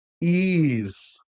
Ease